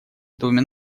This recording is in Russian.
доме